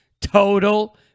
total